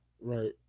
Right